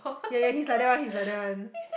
ya ya he's like that one he's like that one